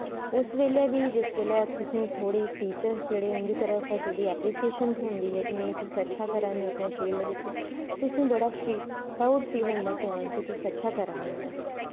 उस बेल्लै बी जिस बेल्लै तुसें ई थोह्ड़ी टीचर्स जेह्ड़े उंदी तरफ दा जेह्ड़ी ऐप्रीसियेशन थ्होंदी कि नेंई तुस अच्छा करा ने अपनी फील्ड बिच्च तुसें बड़ा प्राऊड फील होंदा कि अच्छा करा ने